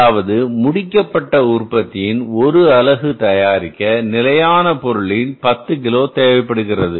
அதாவது முடிக்கப்பட்ட உற்பத்தியின் 1 அலகு தயாரிக்க நிலையான பொருளின் 10 கிலோ தேவைப்படுகிறது